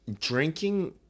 drinking